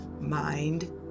mind